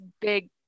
big